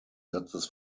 satzes